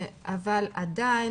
אבל עדיין,